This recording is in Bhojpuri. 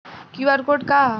क्यू.आर कोड का ह?